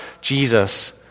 Jesus